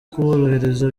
kuborohereza